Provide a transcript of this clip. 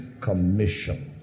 commission